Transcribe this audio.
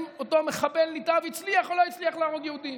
אותו מחבל נתעב הצליח או לא הצליח להרוג יהודים.